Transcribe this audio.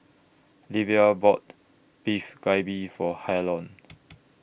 Livia bought Beef Galbi For Harlon